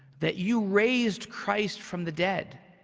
that you raised christ from the dead